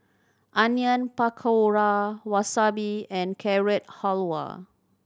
Onion Pakora Wasabi and Carrot Halwa